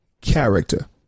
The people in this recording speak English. character